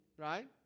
right